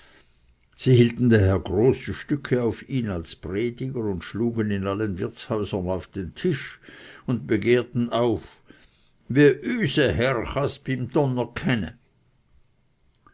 sie hielten daher große stücke auf ihn als prediger und schlugen in allen wirtshäusern auf den tisch und begehrten auf wie üse herr cha's